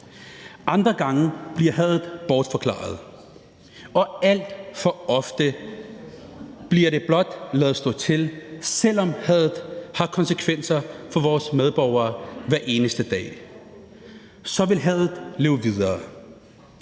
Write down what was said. Andre gange bliver hadet bortforklaret, og alt for ofte bliver der blot ladet stå til, selv om hadet har konsekvenser for vores medborgere hver eneste dag, og så vil hadet leve videre.